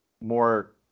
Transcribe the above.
more